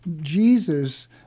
Jesus